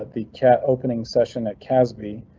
the cat opening session at keasbey